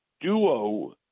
duo